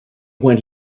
when